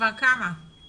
כמה זמן